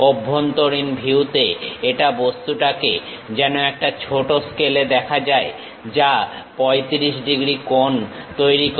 অভ্যন্তরীণ ভিউতে একই বস্তুটাকে যেন একটা ছোট স্কেলে দেখা যায় যা 35 ডিগ্রী কোণ তৈরি করে